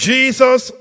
Jesus